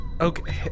Okay